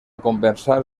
compensar